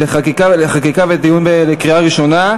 הצעת החוק התקבלה ותעבור לוועדת הפנים לחקיקה ולדיון לקריאה ראשונה.